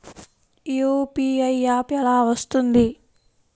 UPI app ఎలా వస్తుంది?